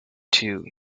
two